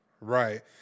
Right